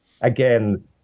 again